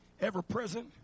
ever-present